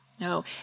No